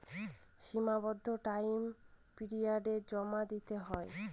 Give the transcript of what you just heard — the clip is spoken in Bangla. সীমাবদ্ধ টাইম পিরিয়ডে জমা দিতে হয়